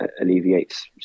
alleviates